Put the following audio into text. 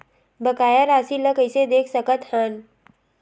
बकाया राशि ला कइसे देख सकत हान?